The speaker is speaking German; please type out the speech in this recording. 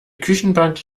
küchenbank